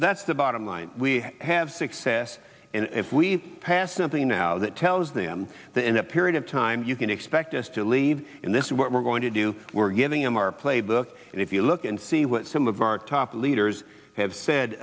that's the bottom line we have success and if we pass something now that tells them that in a period of time you can expect us to leave and this is what we're going to do we're giving him our playbook and if you look and see what some of our top leaders have said